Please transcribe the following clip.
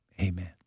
Amen